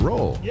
Roll